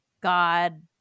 God